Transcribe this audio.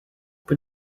but